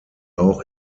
auch